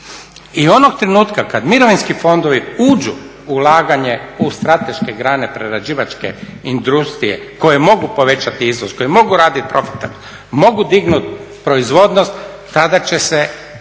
i onog trenutka kada mirovinski fondovi uđu u ulaganje u strateške grane prerađivačke industrije koje mogu povećati izvoz, koje mogu raditi profitabilno, mogu dignuti proizvodnost tada će se